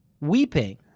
weeping